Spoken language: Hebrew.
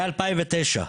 מ-2009.